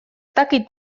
dakit